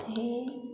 हे